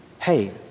hey